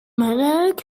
magnetic